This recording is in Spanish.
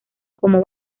como